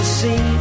see